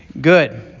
good